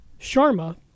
Sharma